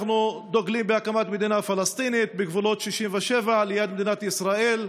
אנחנו דוגלים בהקמת מדינה פלסטינית בגבולות 67' ליד מדינת ישראל,